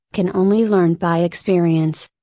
can only learn by experience.